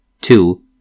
two